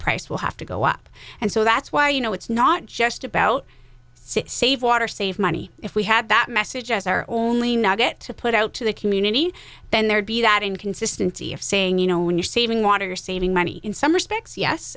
price will have to go up and so that's why you know it's not just about save water save money if we had that message as our only nugget to put out to the community then there'd be that inconsistency of saying you know when you're saving water saving money in some respects yes